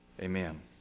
Amen